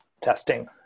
testing